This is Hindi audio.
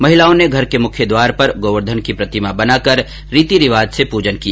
महिलाओं ने घर के मुख्य द्वार पर गोवर्धन की प्रतिमा बनाकर रीति रिवाज से पूजन किया